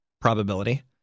probability –